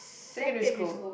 secondary school